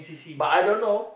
but I don't know